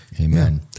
Amen